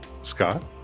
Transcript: Scott